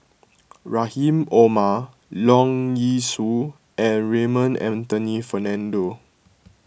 Rahim Omar Leong Yee Soo and Raymond Anthony Fernando